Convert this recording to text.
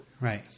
right